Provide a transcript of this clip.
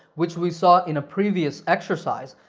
which we saw in a previous exercise,